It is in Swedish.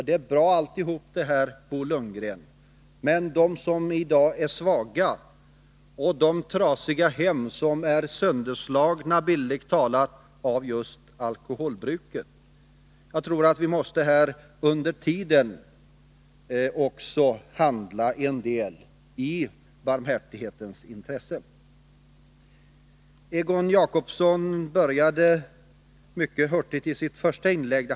Det är bra allt det där, Bo Lundgren. Men de som i dag är svaga och de trasiga hem som är sönderslagna är det, bildligt talat, av just alkoholbruket. Jag tror att vi måste också handla en del i barmhärtighetens intresse. Egon Jacobsson började mycket hurtigt sitt första inlägg.